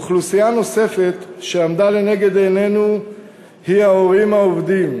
אוכלוסייה נוספת שעמדה לנגד עינינו היא ההורים העובדים.